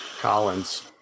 Collins